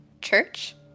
church